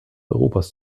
europas